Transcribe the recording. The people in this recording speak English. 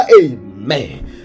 amen